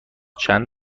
چند